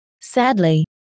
Sadly